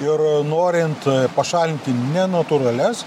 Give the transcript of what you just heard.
ir norint pašalinti nenatūralias